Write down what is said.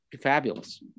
fabulous